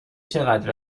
چقدر